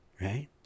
right